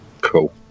Cool